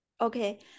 Okay